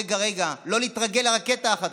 רגע-רגע, לא להתרגל אפילו לרקטה אחת.